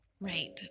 Right